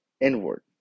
inward